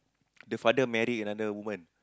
the father marry another woman